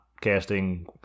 casting